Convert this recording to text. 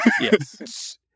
Yes